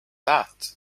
that